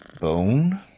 bone